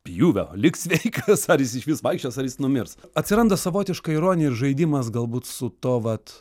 pjūvio liks sveikas ar jis išvis vaikščios ar jis numirs atsiranda savotiška ironija ir žaidimas galbūt su to vat